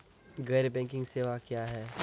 गैर बैंकिंग सेवा क्या हैं?